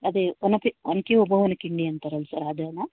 ಅದೇ ಒನಕೆ ಒನಕೆ ಓಬವ್ವನ ಕಿಂಡಿ ಅಂತಾರಲ್ಲ ಸರ್ ಅದೇನಾ